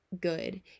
good